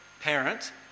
parent